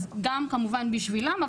אז כמובן בשבילם,